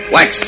Wax